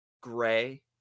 gray